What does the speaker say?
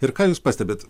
ir ką jūs pastebit